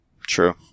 True